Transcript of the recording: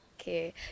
Okay